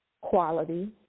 quality